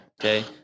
Okay